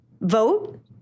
vote